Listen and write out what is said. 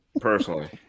personally